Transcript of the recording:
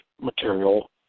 material